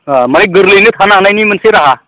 माने गोरलैयैनो थानो हानायनि मोनसे राहा